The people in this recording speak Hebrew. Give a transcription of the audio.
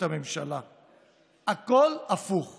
נתפסת, בהפתעה